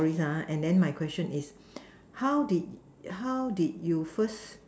ya and then my question is how did how did you first